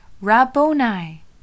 Rabboni